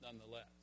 nonetheless